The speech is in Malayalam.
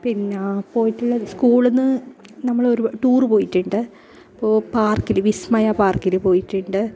പിന്നെ പോയിട്ടുള്ളത് സ്കൂള്ന് നിന്ന് നമ്മൾ ഒരുപാ ടൂറ് പോയിട്ടുണ്ട് പാര്ക്കിൽ വിസ്മയ പാര്ക്കിൽ പോയിട്ടുണ്ട്